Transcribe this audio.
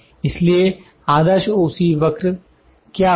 इसलिए आदर्श O C वक्र क्या होगा